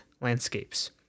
landscapes